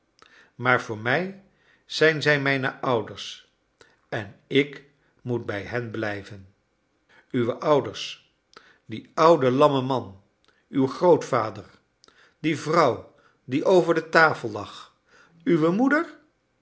maar voor mij zijn zij mijne ouders en ik moet bij hen blijven uwe ouders die oude lamme man uw grootvader die vrouw die over de tafel lag uwe moeder